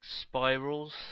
spirals